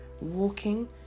walking